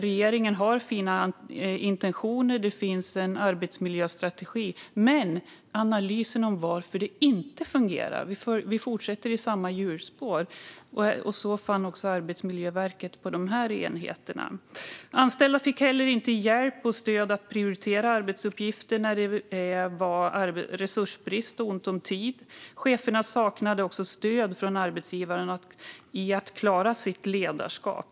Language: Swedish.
Regeringen har fina intentioner och en arbetsmiljöstrategi, men analysen om varför det inte fungerar saknas. Det fortsätter därför i samma hjulspår, och så fann också Arbetsmiljöverket att det var på dessa enheter. De anställda fick inte heller hjälp och stöd att prioritera arbetsuppgifter när det var resursbrist och ont om tid. Cheferna saknade också stöd från arbetsgivaren för att klara sitt ledarskap.